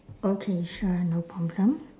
okay sure no problem